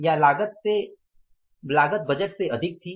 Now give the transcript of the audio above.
या लागत बजट से अधिक थी